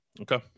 Okay